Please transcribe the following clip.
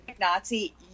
nazi